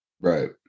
Right